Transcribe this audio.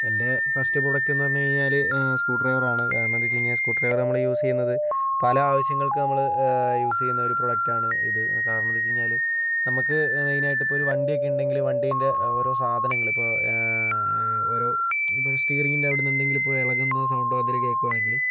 എൻ്റെ first product എന്ന് പറഞ്ഞു കഴിഞ്ഞാൽ സ്ക്രൂ ഡ്രൈവറാണ് കാരണം എന്ത് വെച്ച് കഴിഞ്ഞാൽ സ്ക്രൂ ഡ്രൈവർ നമ്മൾ യൂസ് ചെയ്യുന്നത് പല ആവിശ്യങ്ങൾക്ക് നമ്മൾ യൂസ് ചെയ്യുന്ന ഒരു പ്രോഡക്ടാണ് ഇത് കാരണം എന്തെന്ന് വെച്ച് കഴിഞ്ഞാൽ നമ്മൾക്ക് മെയിൻ ആയിട്ട് ഇപ്പോൾ ഒരു വണ്ടിയൊക്കെ ഉണ്ടെങ്കിൽ വണ്ടീൻ്റെ ഓരോ സാധനങ്ങൾ ഇപ്പോൾ ഓരോ ഇപ്പോൾ സ്റ്റിയറിംഗിൻ്റെ അവിടെ നിന്ന് എന്തെങ്കിലും ഇപ്പോൾ ഇളകുന്ന സൗണ്ടോ എന്തെങ്കിലും കേൾക്കുകയാണെങ്കിൽ